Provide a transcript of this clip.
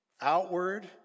outward